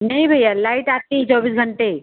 नहीं भैया लाइट आती है चौबीस घंटे